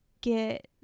get